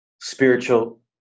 Spiritual